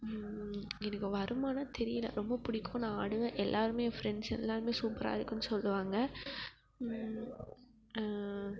எனக்கு வருமான்னு தெரியல ரொம்ப பிடிக்கும் நான் ஆடுவேன் எல்லாேருமே என் ஃப்ரெண்ட்ஸ் எல்லாேருமே சூப்பராக இருக்குன்னு சொல்லுவாங்க